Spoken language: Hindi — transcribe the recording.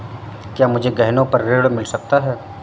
क्या मुझे गहनों पर ऋण मिल सकता है?